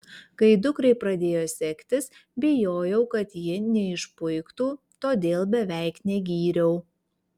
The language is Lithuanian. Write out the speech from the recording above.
kai dukrai pradėjo sektis bijojau kad ji neišpuiktų todėl beveik negyriau